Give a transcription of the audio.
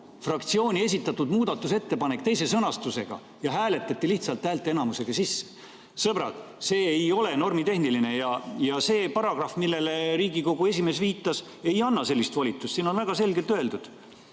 fraktsiooni esitatud muudatusettepanekut ja see teine sõnastus hääletati lihtsalt häälteenamusega sisse. Sõbrad, see ei ole normitehniline ja see paragrahv, millele Riigikogu esimees viitas, ei anna sellist volitust. Siin on väga selgelt öeldud: